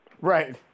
Right